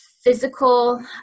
physical